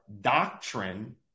doctrine